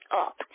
up